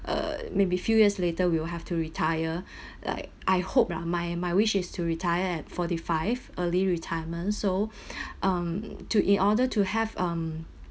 uh maybe few years later will have to retire like I hope lah my my wish is to retire at forty five early retirement so um to in order to have um